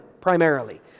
primarily